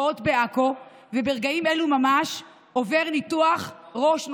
בפרעות בעכו וברגעים אלו ממש עובר ניתוח ראש נוסף,